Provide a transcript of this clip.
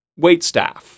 waitstaff